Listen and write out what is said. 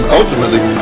ultimately